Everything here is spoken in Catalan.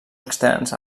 externs